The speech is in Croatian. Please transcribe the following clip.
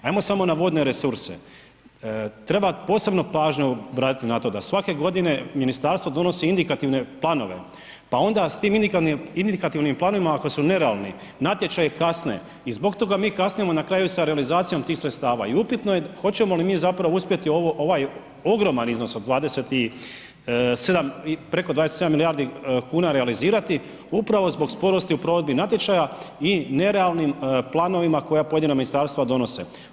Ajmo samo na vodne resurse, treba posebnu pažnju obratiti na to da svake godine ministarstvo donosi indikativne planove, pa onda s tim indikativnim planovima ako nerealni natječaji kasne i zbog toga mi kasnimo na kraju sa realizacijom tih sredstava i upitno je hoćemo li mi zapravo uspjeti ovo, ovaj ogroman iznos od 27 preko 27 milijardi kuna realizirati upravo zbog sporosti u provedbi natječaja i nerealnim planovima koja pojedina ministarstva donose.